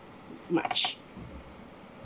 much